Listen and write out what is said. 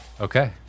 Okay